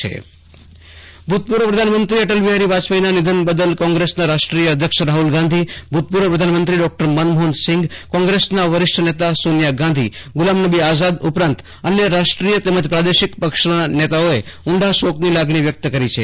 આશુતોષ અંતાણી અટલ બિફારી વાજપેયી રાષ્ટ્ર શોક સંદેશ ભૂતપૂર્વ પ્રધાનમંત્રી અટલ બિહારી વાજપેયીના નિધન બદલ કોંગ્રેસના રાષ્ટ્રીય અધ્યક્ષ રાહુલ ગાંધી ભૂતપૂર્વ પ્રધાનમંત્રી ડોક્ટર મનમોહન સિંહ કોંગ્રેસના વરિષ્ઠ નેતા સોનિયા ગાંધીગુલામનબી આઝાદ ઉપરાંત રાષ્ટ્રીય તથા પ્રાદેશીક પક્ષોના નેતાઓએ ઊંડા શોક ની લાગણી વ્યક્ત કરી છે